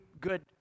good